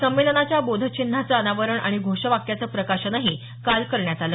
संमेलनाच्या बोधचिन्हाचं अनावरण आणि घोषवाक्याचं प्रकाशनही काल करण्यात आलं